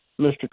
Mr